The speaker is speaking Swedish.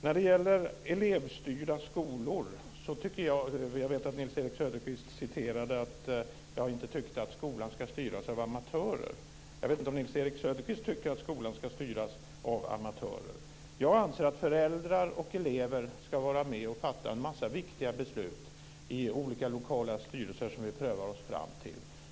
När det gäller elevstyrda skolor citerade Nils-Erik Söderqvist mig och sade att jag inte tycker att skolor ska styras av amatörer. Jag vet inte om Nils-Erik Söderqvist tycker att skolor ska styras av amatörer. Jag anser att föräldrar och elever ska vara med och fatta en massa viktiga beslut i olika lokala styrelser på ett sätt som vi prövar oss fram till.